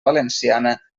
valenciana